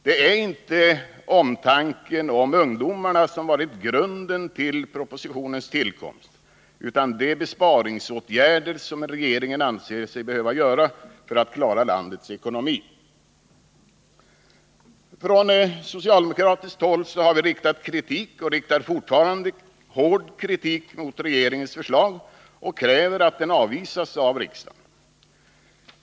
Det är inte omtanken om ungdomarna som varit grunden till propositionens tillkomst utan de besparingsåtgärder som regeringen anser sig behöva göra för att klara landets ekonomi. Från socialdemokratiskt håll har vi riktat kritik och riktar fortfarande hård kritik mot regeringens förslag och kräver att det avvisas av riksdagen.